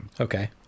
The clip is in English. Okay